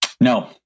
No